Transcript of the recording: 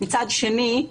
מצד שני,